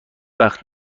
وقت